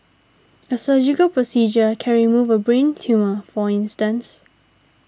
a surgical procedure can remove a brain tumour for instance